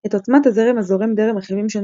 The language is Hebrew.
את עוצמת הזרם הזורם דרך רכיבים שונים